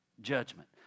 judgment